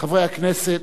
חברי הכנסת,